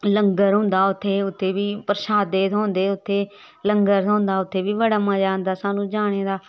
लंगर होंदा उत्थें उत्थें बी परशादे थ्होंदे उत्थें लंगर थ्होंदा उत्थै बी बड़ा मज़ा आंदा सानूं जाने दा